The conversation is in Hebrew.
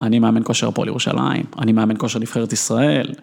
‫אני מאמן כושר הפועל ירושלים, ‫אני מאמן כושר נבחרת ישראל.